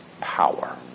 power